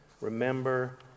remember